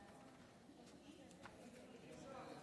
ביקשתי